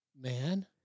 Man